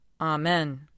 Amen